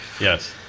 Yes